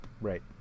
Right